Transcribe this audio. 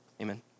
Amen